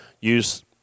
use